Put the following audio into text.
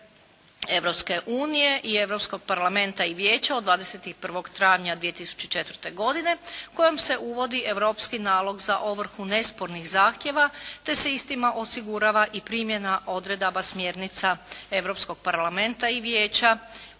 Europske unije i Europskog parlamenta i vijeća od 21. travnja 2004. godine kojom se uvodi europski nalog za ovrhu nespornih zahtjeva te se istima osigurava i primjena odredaba smjernica Europskog parlamenta i vijeća